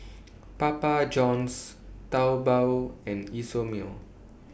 Papa Johns Taobao and Isomil